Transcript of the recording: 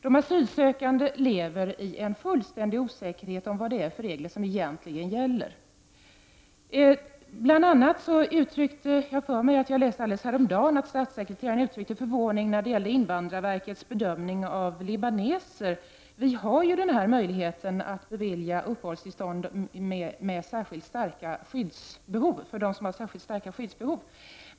De asylsökande lever i en fullständig osäkerhet om vad det är för regler som egentligen gäller. Jag läste häromdagen att statssekreteraren uttryckte förvåning när det gäller invandrarverkets bedömning av libaneser. Vi har ju möjligheter att bevilja uppehållstillstånd för dem som har särskilt starkt behov av skydd.